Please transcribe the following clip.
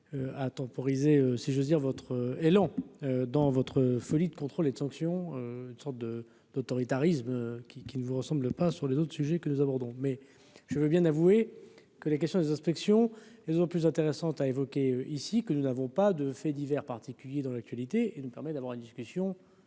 à temporiser, si j'ose dire, votre élan dans votre folie de contrôle et de sanction, une sorte de d'autoritarisme qui qui ne vous ressemble pas sur les autres sujets que nous abordons, mais je veux bien avouer que les questions des inspections, ils ont plus intéressant à évoquer ici que nous n'avons pas de faits divers particulier dans l'actualité et nous permet d'avoir des discussions.